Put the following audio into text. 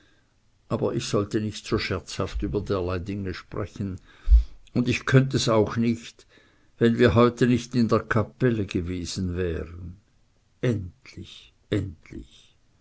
aber ich sollte nicht so scherzhaft über derlei dinge sprechen und ich könnt es auch nicht wenn wir heute nicht in der kapelle gewesen wären endlich endlich